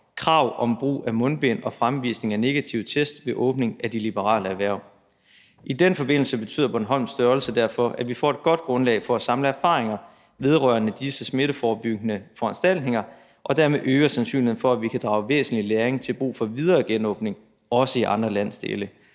krav om brug af mundbind og fremvisning af negativ test ved åbningen af de liberale erhverv. I den forbindelse betyder Bornholms størrelse derfor, at vi får et godt grundlag for at samle erfaringer vedrørende disse smitteforebyggende foranstaltninger og dermed øger sandsynligheden for, at vi kan drage væsentlig læring til brug for yderligere genåbning i også andre landsdele.